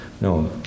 no